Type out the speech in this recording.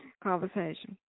conversation